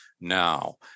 now